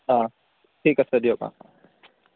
অঁ ঠিক আছে দিয়ক অঁ